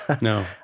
No